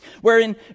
Wherein